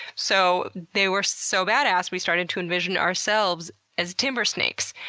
so, they were so badass we started to envision ourselves as timber snakes.